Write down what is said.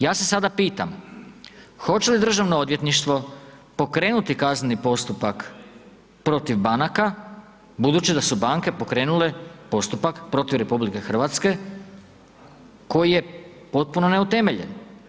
Ja se sada pitam, hoće li državno odvjetništvo pokrenuti kazneni postupak protiv banaka budući da su banke pokrenule postupak protiv RH koji je potpuno neutemeljen.